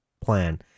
plan